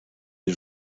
des